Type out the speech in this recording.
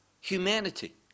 humanity